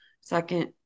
second